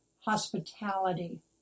hospitality